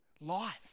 Life